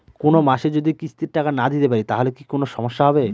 কোনমাসে যদি কিস্তির টাকা না দিতে পারি তাহলে কি কোন সমস্যা হবে?